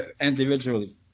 individually